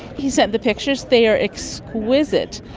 he sent the pictures. they are exquisite,